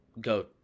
go